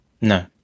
No